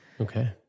Okay